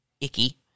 icky